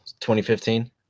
2015